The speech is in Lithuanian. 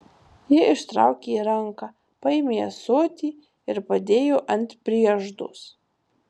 ji ištraukė ranką paėmė ąsotį ir padėjo ant prieždos